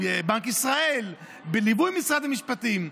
בנק ישראל בליווי משרד המשפטים,